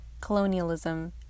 colonialism